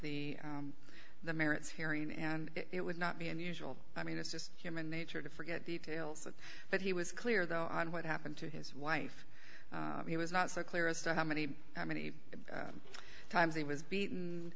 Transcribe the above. the the merits hearing and it would not be unusual i mean it's just human nature to forget details but he was clear though on what happened to his wife he was not so clear as to how many many times he was beaten and